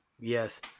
yes